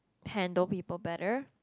handle people better